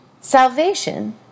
salvation